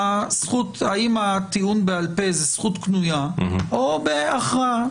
האם הטיעון בעל פה זה זכות קנויה או בהכרעה.